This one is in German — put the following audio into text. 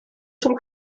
zum